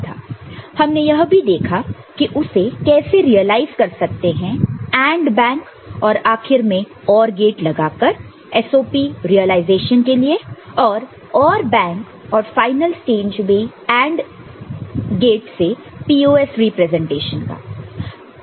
हमने यह भी देखा कि उसे कैसे रियलाइज कर सकते हैं AND बैंक और आखिर में OR गेट लगाकर SOP रियलाइजेशन के लिए और OR बैंक और फाइनल स्टेज में AND गेट से POS रिप्रेजेंटेशन का